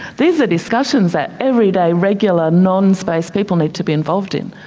these are discussions that everyday regular non-space people need to be involved in.